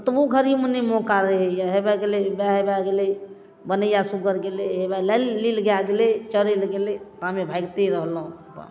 ओतबो घड़ीमे नहि मौका रहैए हे वएह गेलै हे वएह गेलै वनैया सुअर गेलै हे या नीलगाय गेलै चरै लए गेलै तामे भागते रहलहुँ